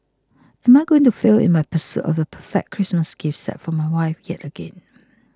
am I going to fail in my pursuit of the perfect Christmas gift set for my wife yet again